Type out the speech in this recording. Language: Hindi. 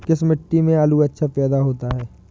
किस मिट्टी में आलू अच्छा पैदा होता है?